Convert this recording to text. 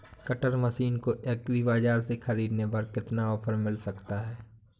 Cutter machine को agri बाजार से ख़रीदने पर कितना ऑफर मिल सकता है?